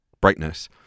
brightness